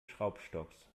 schraubstocks